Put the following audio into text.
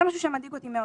זה משהו שמדאיג אותי מאוד.